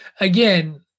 again